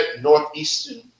Northeastern